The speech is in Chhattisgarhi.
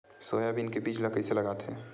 सोयाबीन के बीज ल कइसे लगाथे?